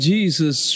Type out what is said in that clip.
Jesus